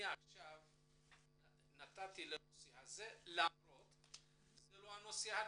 את הצגת הנושא הזה למרות שזה לא נושא הדיון.